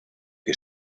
que